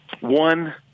one